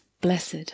blessed